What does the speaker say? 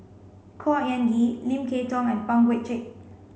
Khor Ean Ghee Lim Kay Tong and Pang Guek Cheng